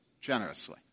generously